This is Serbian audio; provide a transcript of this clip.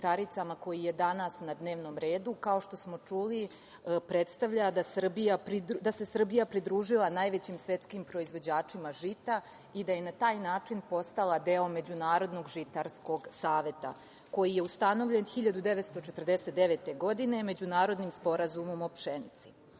koji je danas na dnevnom redu, kao što smo čuli, predstavlja da se Srbija pridružila najvećim svetskim proizvođačima žita i da je na taj način postala deo Međunarodnog žitarskog saveza, koji je ustanovljen 1949. godine, međunarodnim Sporazumom o pšenici. Ovaj